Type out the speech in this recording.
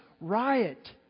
riot